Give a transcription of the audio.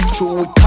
True